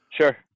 Sure